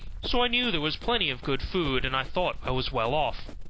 so i knew there was plenty of good food, and i thought i was well off.